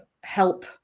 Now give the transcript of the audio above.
help